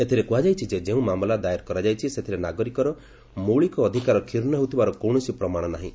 ଏଥିରେ କୁହାଯାଇଛି ଯେ ଯେଉଁ ମାମଲା ଦାୟର କରାଯାଇଛି ସେଥିରେ ନାଗରିକର ମୌଳିକ ଅଧିକାର କ୍ଷୁଶ୍ଣ ହେଉଥିବାର କୌଶସି ପ୍ରମାଣ ନାହିଁ